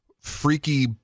freaky